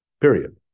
period